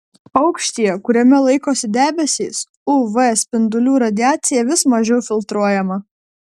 aukštyje kuriame laikosi debesys uv spindulių radiacija vis mažiau filtruojama